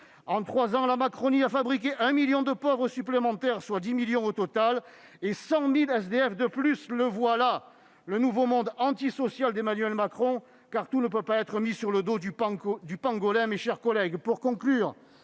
En trois ans, la Macronie a fabriqué un million de pauvres supplémentaires, soit dix millions au total, et cent mille sans domicile fixe de plus ! Le voilà, le nouveau monde antisocial d'Emmanuel Macron, car tout ne peut pas être mis sur le dos du pangolin. Il faut conclure